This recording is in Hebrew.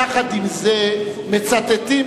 יחד עם זה, מצטטים,